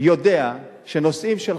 יודע שנושאים שלך,